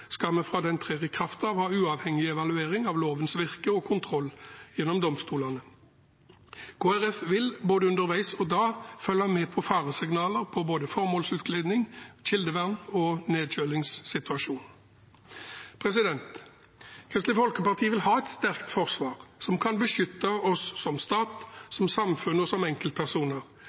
skal vi fra den har trådt i kraft, ha uavhengig evaluering av lovens virke og kontroll gjennom domstolene. Kristelig Folkeparti vil både underveis og da følge med på faresignaler når det gjelder både formålsutglidning, kildevern og nedkjølingssituasjon. Kristelig Folkeparti vil ha et sterkt forsvar som kan beskytte oss som stat, som samfunn og som enkeltpersoner.